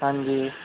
ਹਾਂਜੀ